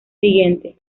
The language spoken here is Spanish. siguiente